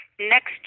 next